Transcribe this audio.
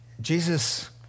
Jesus